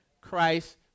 Christ